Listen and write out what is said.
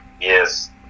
Yes